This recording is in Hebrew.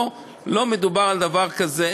פה לא מדובר על דבר כזה.